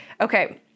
Okay